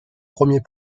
premiers